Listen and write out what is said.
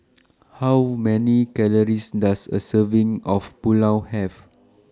How Many Calories Does A Serving of Pulao Have